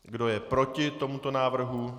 Kdo je proti tomuto návrhu?